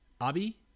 abby